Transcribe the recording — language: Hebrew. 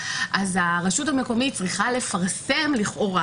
אז הרשות המקומית צריכה לפרסם לכאורה